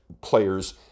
players